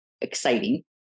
exciting